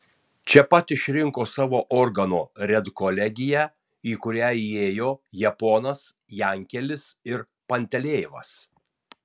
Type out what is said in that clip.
čia pat išrinko savo organo redkolegiją į kurią įėjo japonas jankelis ir pantelejevas